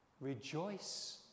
Rejoice